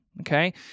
okay